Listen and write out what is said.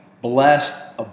Blessed